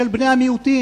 של בני המיעוטים,